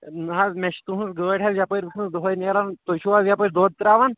نہ حظ مےٚ چھِ تُہٕنٛز گٲڑۍ حظ یَپٲرۍ وٕچھمٕژ دۄہَے نیران تُہۍ چھِو حظ یَِپٲرۍ دۄد ترٛاوان